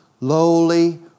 lowly